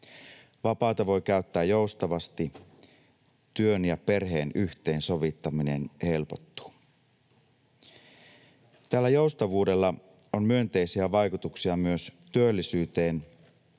Vapaata voi käyttää joustavasti. Työn ja perheen yhteensovittaminen helpottuu. Tällä joustavuudella on myönteisiä vaikutuksia myös työllisyyteen,